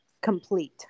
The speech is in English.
Complete